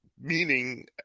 meaning